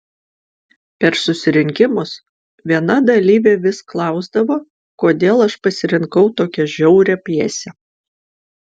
per susirinkimus viena dalyvė vis klausdavo kodėl aš pasirinkau tokią žiaurią pjesę